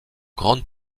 grande